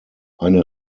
eine